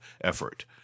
effort